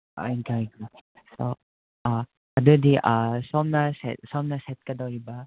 ꯎꯝ ꯇꯥꯏ ꯑꯥ ꯑꯥ ꯑꯗꯨꯗꯤ ꯁꯣꯝꯅ ꯁꯣꯝꯅ ꯁꯦꯠꯀꯗꯧꯔꯤꯕ